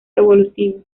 evolutivo